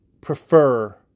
prefer